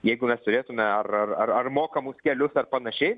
jeigu mes turėtume ar ar ar ar mokamus kelius ar panašiai